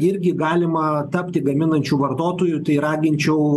irgi galima tapti gaminančiu vartotoju tai raginčiau